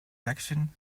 section